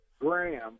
Graham